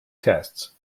tests